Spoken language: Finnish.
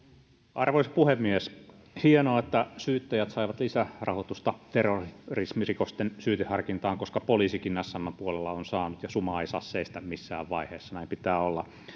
arvoisa puhemies hienoa että syyttäjät saivat lisärahoitusta terrorismirikosten syyteharkintaan koska poliisikin smn puolella on saanut ja suma ei saa seistä missään vaiheessa näin pitää olla